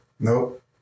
Nope